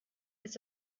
ist